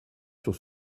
sur